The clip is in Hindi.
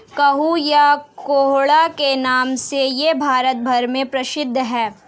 कद्दू या कोहड़ा के नाम से यह भारत भर में प्रसिद्ध है